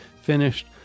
finished